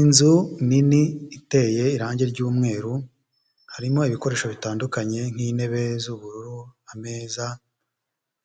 Inzu nini iteye irangi ry'umweru, harimo ibikoresho bitandukanye nk'intebe z'ubururu, ameza,